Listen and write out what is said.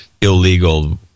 illegal